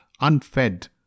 unfed